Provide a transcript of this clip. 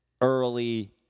early